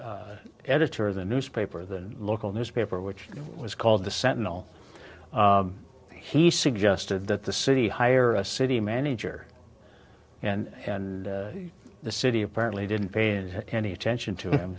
editor of the newspaper the local newspaper which was called the sentinel he suggested that the city hire a city manager and the city apparently didn't pay any attention to